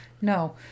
no